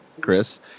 Chris